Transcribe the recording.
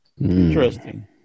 interesting